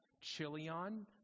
Chilion